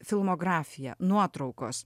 filmografija nuotraukos